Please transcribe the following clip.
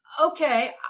okay